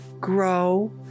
grow